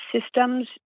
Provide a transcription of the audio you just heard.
systems